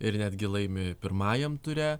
ir netgi laimi pirmajam ture